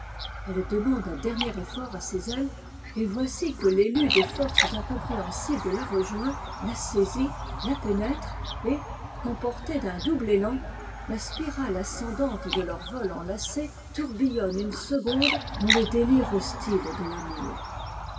elle demande un dernier effort à ses ailes et voici que télu des forces incompréhensibles la rejoint la saisit la pénètre et qu'emportée d'un double élan la spirale ascendante de leur vol enlacé tourbillonne une seconde dans le délire hostile de l'amour